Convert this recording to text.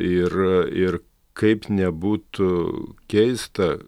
ir ir kaip nebūtų keista